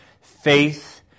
faith